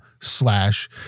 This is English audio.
slash